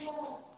ହଁ